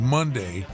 Monday